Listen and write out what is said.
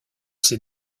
ses